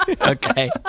Okay